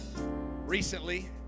Recently